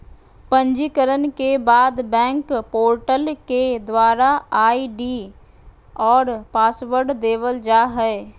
पंजीकरण के बाद बैंक पोर्टल के द्वारा आई.डी और पासवर्ड देवल जा हय